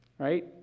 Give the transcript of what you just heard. Right